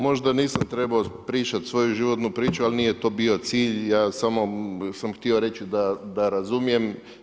Možda nisam trebao pričati svoju životnu priču, ali nije to bio cilj, ja samo sam htio reći da razumijem.